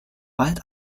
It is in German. bald